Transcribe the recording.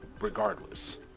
regardless